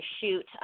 shoot